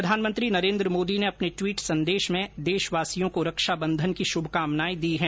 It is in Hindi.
प्रधानमंत्री नरेन्द्र मोदी ने अपने ट्वीट संदेश में देशवासियों को रक्षा बंधन की शुभकामनाएं दी हैं